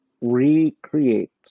recreate